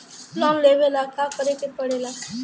Loan लेबे ला का करे के पड़े ला?